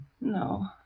No